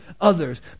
others